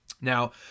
Now